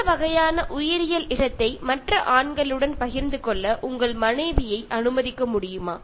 இந்த வகையான உயிரியல் இடத்தை மற்ற ஆண்களுடன் பகிர்ந்து கொள்ள உங்கள் மனைவியை அனுமதிக்க முடியுமா